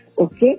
okay